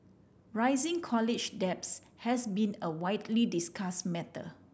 rising college debts has been a widely discuss matter